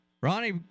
Ronnie